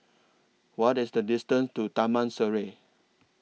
What IS The distance to Taman Sireh